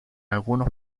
algunos